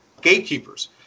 gatekeepers